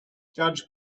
judge